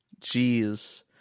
Jeez